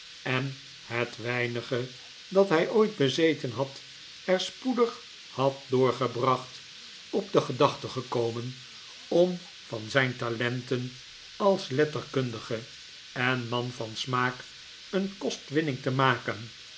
en het weinige dat hij ooit bezeten had er spoedig had doorgebracht op de gedachte gekomen om van zijn talenten als letterkundige en man van smaak een kostwinning te maken